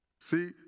See